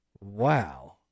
wow